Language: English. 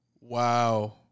Wow